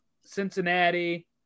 Cincinnati